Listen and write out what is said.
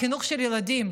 החינוך של ילדים,